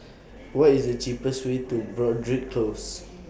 What IS The cheapest Way to Broadrick Close